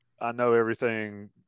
I-know-everything